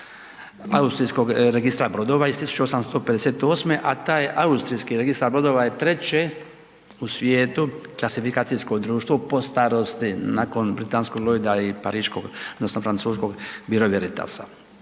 austrijskog registra brodova iz 1858., a taj je austrijski registar brodova je treće u svijetu klasifikacijsko društvo po starosti, nakon britanskog Lloyda i pariškog odnosno francuskog Bureau Veritasa.